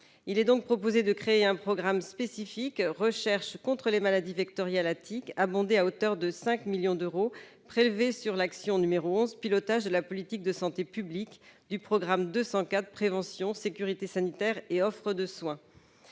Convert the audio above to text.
Il est donc proposé de créer un programme spécifique « Recherche contre les maladies vectorielles à tiques », abondé à hauteur de 5 millions d'euros prélevés sur l'action n° 11, Pilotage de la politique de santé publique, du programme 204, « Prévention, sécurité sanitaire et offre de soins